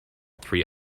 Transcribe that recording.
three